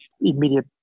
immediate